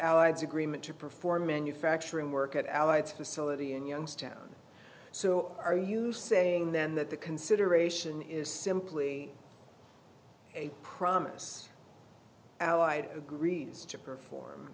to agreement to perform manufacturing work at allied facility in youngstown so are you saying then that the consideration is simply a promise oh i agree as to perform